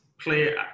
play